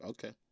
Okay